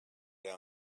down